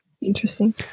Interesting